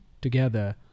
together